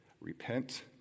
repent